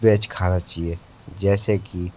veg खाना चाहिए जैसे कि